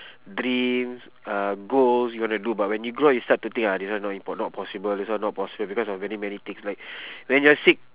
dreams uh goals you wanna do but when you grow you start to think ah this one not import~ not possible this one not possible because of many many things like when you're sick